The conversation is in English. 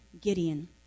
Gideon